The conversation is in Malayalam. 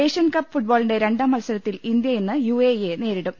ഏഷ്യൻകപ്പ് ഫുട്ബോളിന്റെ രണ്ടാം മത്സരത്തിൽ ഇന്ത്യ ഇന്ന് യു എ ഇ യെ നേരിടും